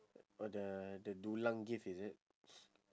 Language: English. oh the the dulang gift is it